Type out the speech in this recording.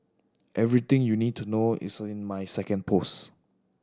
everything you need to know is in my second post